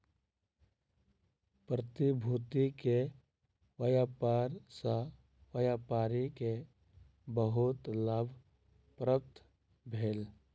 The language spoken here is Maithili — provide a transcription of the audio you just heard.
प्रतिभूति के व्यापार सॅ व्यापारी के बहुत लाभ प्राप्त भेल